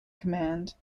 command